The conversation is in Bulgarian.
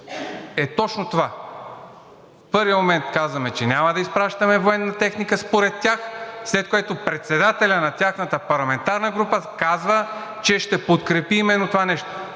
е точно това – в първия момент казваме, че няма да изпращаме военна техника – според тях, след което председателят на тяхната парламентарна група казва, че ще подкрепи именно това нещо.